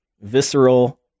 visceral